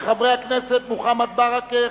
של חברי הכנסת מוחמד ברכה,